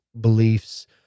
beliefs